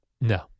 No